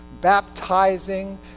baptizing